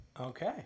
Okay